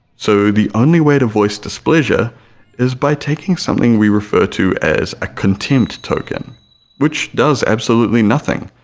so the only way to voice displeasure is by taking something we refer to as a contempt token which does absolutely nothing,